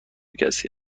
کسی